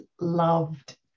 loved